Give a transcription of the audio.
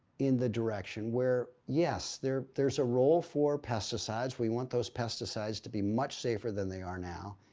in the direction, where yes, there's there's a role for pesticides. we want those pesticides to be much safer than they are now